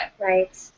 Right